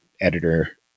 editor